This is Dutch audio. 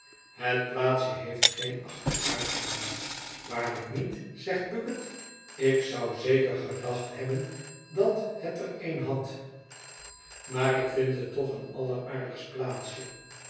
het plaatsje heeft geen achteruitgang waarlijk niet zegt bucket ik zou zeker gedacht hebben dat het er een had maar ik mijnheer bucket houdt zeer veel van kinderen vind het toch een alleraardigst plaatsje